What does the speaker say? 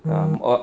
ah or